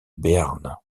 béarn